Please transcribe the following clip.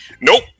Nope